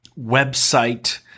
website